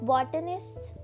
Botanists